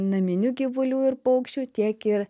naminių gyvulių ir paukščių tiek ir